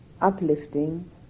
uplifting